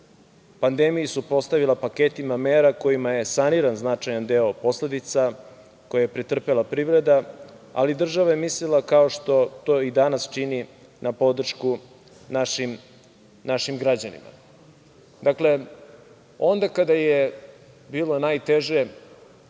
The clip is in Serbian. pandemiji suprotstavila paketima mera kojima je saniran značajan deo posledica koje je pretrpela privreda, ali država je mislila, kao što to i danas čini, na podršku našim građanima. Dakle, onda kada je bilo najteže